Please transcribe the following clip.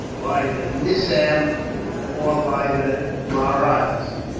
by the nizam or by the mahrattas,